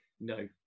no